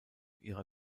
ihrer